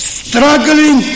struggling